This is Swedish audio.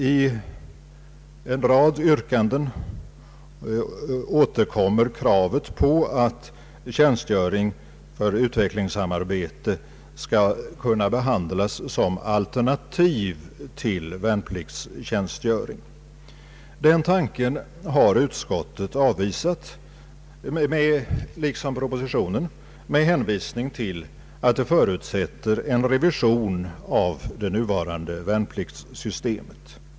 I en rad yrkanden återkommer kravet på att tjänstgöring för utvecklingssamarbete skall kunna behandlas som alternativ till värnpliktstjänstgöring. Den tanken har utskottet avvisat, liksom propositionen, med hänvisning till att den förutsätter en revision av det nuvarande värnpliktssystemet.